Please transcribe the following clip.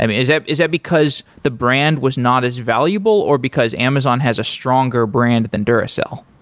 i mean, is that is that because the brand was not as valuable or because amazon has a stronger brand than duracell?